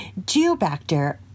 Geobacter